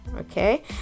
okay